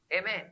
amen